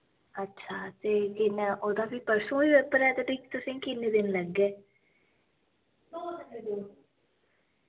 अच्छा ते फ्ही में ओह्दा फ्ही परसूं बी पेपर ऐ ते फ्ही तुसें किन्ने दिन लगगे